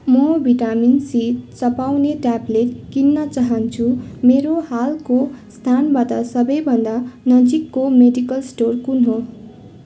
म vitamin C चपाउने tablet किन्न चाहन्छु मेरो हालको स्थानबाट सबैभन्दा नजिकको मेडिकल स्टोर कुन हो